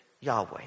Yahweh